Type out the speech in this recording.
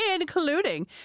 including